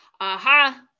Aha